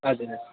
हजुर हजुर